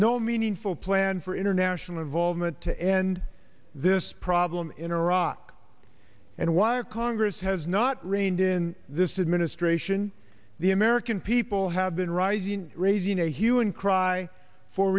no meaningful plan for international involvement to end this problem in iraq and why the congress has not rained in this administration the american people have been rising raising a hue and cry for